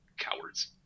cowards